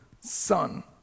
Son